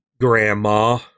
Grandma